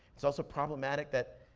it's also problematic that